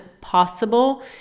possible